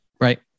Right